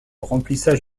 remplissage